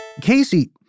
Casey